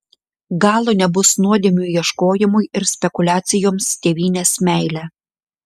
galo nebus nuodėmių ieškojimui ir spekuliacijoms tėvynės meile